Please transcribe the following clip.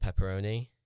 pepperoni